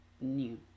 new